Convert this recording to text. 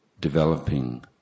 developing